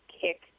kick